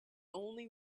only